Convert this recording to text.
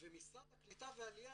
ומשרד הקליטה והעלייה,